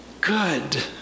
good